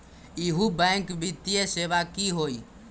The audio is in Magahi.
इहु बैंक वित्तीय सेवा की होई?